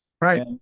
Right